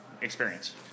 experience